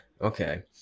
Okay